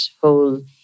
whole